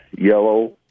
yellow